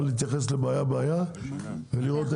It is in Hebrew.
להתייחס בעיה-בעיה ולראות איך פותרים אותה.